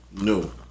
No